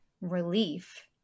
relief